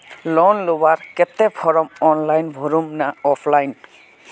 Loan लुबार केते form online भरुम ने ऑफलाइन?